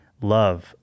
love